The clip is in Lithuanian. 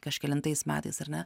kažkelintais metais ar ne